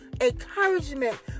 encouragement